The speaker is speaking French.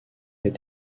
est